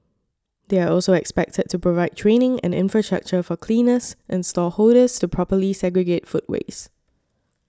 they are also expected to provide training and infrastructure for cleaners and stall holders to properly segregate food waste